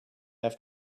have